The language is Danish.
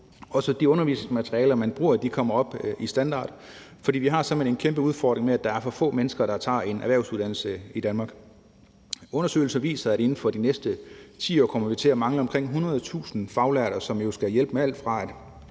på de undervisningsmaterialer, man bruger. For vi har simpelt hen en kæmpe udfordring med, at der er for få mennesker, der tager en erhvervsuddannelse i Danmark. Undersøgelser viser, at inden for de næste 10 år kommer vi til at mangle omkring 100.000 faglærte, som jo skal hjælpe med alt fra at